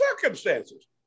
circumstances